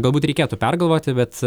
gal būt reikėtų pergalvoti bet